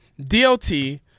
DLT